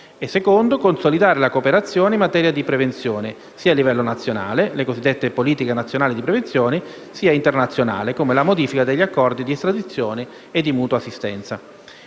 consolidare la cooperazione in materia di prevenzione, sia a livello nazionale (le cosiddette politiche nazionali di prevenzione) che internazionale (come la modifica degli accordi di estradizione e di mutua assistenza).